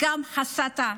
גם הסתה,